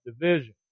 division